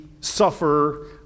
suffer